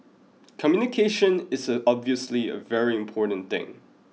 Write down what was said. communication is obviously a very important thing